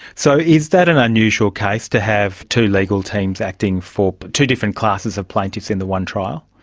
so is that an unusual case, to have two legal teams acting for two different classes of plaintiffs in the one trial?